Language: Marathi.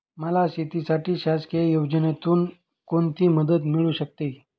मला शेतीसाठी शासकीय योजनेतून कोणतीमदत मिळू शकते?